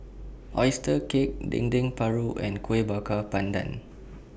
Oyster Cake Dendeng Paru and Kueh Bakar Pandan